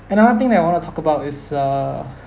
another thing that I want to talk about is uh